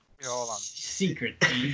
secret